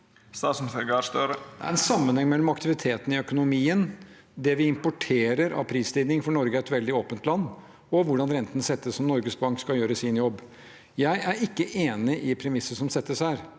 Støre Det er en sammenheng mellom aktiviteten i økonomien, det vi importerer av prisstigning – for Norge er et veldig åpent land – og hvordan renten settes når Norges Bank skal gjøre sin jobb. Jeg er ikke enig i premisset som settes her.